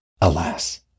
Alas